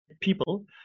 people